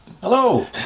Hello